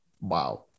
Wow